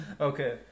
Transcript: Okay